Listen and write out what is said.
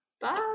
Bye